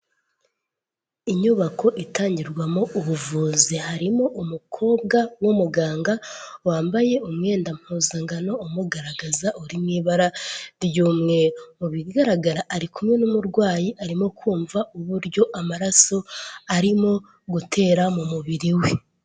Inyubako itangirwamo ubuvuzi harimo umukobwa w'umuganga wambaye umwendampuzangano umugaragaza uri mu ibara ry'umwe mu bigaragara ari kumwe n'umurwayi arimo kumva uburyo amaraso arimo gutera mu mubiri we.